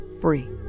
free